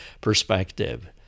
perspective